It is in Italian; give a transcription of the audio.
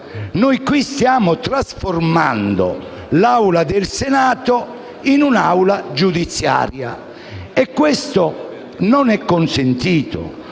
causa. Stiamo trasformando l'Aula del Senato in un'aula giudiziaria e questo non è consentito,